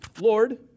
Lord